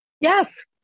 Yes